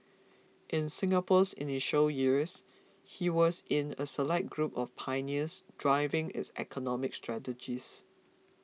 in Singapore's initial years he was in a select group of pioneers driving its economic strategies